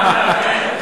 הערנות.